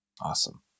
Awesome